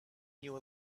knew